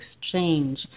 Exchange